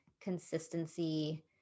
consistency